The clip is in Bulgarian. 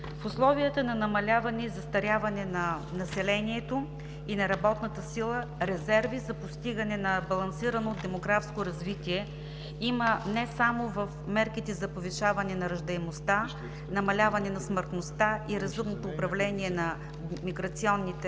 В условията на намаляване и застаряване на населението и на работната сила резерви за постигане на балансирано демографско развитие има не само в мерките за повишаване на раждаемостта, намаляване на смъртността и разумното управление на миграционните процеси,